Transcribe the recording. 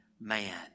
man